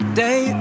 day